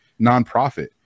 nonprofit